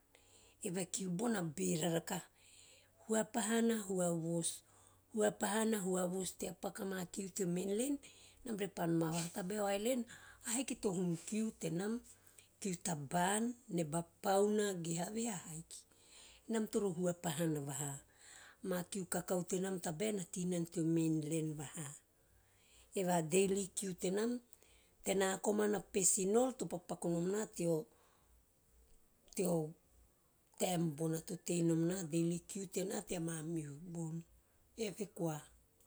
Eve a kiu bona beva rakaha, hua pahana, hua vos -hua pahuna, hua vos tea paku simakiu teo mainland tea tabae teo island ahiki tama hum kiu tenam, kiu tabau, neba pauna ge have a ahiki enam toro hua pahuna vaha, ama kiu kakau tenam tabae na teinana teo mainland vaha va ana daily kiu tenam, tena komana personal to pakupaku vonom na teo, teo taem bona to teinom na, daily kiu tena tea mamihu bon. Eve koa.